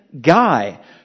guy